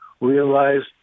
realized